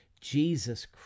Jesus